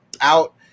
out